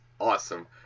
awesome